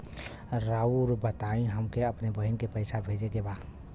राउर बताई हमके अपने बहिन के पैसा भेजे के बा?